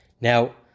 Now